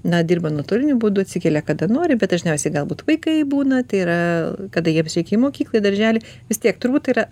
na dirba nuotoliniu būdu atsikelia kada nori bet dažniausiai galbūt vaikai būna tai yra kada jiems reikia į mokyklą į darželį vis tiek turbūt yra